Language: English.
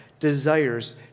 desires